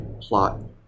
plot